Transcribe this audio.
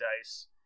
dice